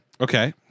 Okay